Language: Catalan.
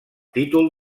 títol